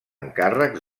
encàrrecs